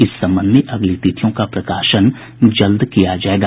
इस संबंध में अगली तिथियों का प्रकाशन जल्द ही किया जायेगा